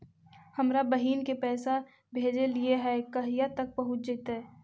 हमरा बहिन के पैसा भेजेलियै है कहिया तक पहुँच जैतै?